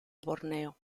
borneo